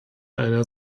einer